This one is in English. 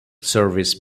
service